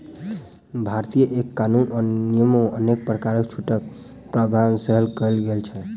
भारतीय कर कानून एवं नियममे अनेक प्रकारक छूटक प्रावधान सेहो कयल गेल छै